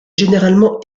généralement